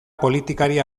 politikari